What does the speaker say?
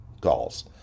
calls